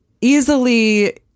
easily